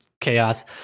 chaos